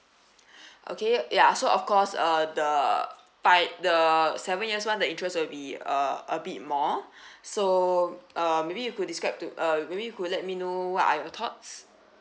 okay ya so of course uh the fi~ the seven years [one] the interest will be uh a bit more so uh maybe you could describe to uh maybe you could let me know what are your thoughts